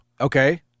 Okay